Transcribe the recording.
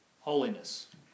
Holiness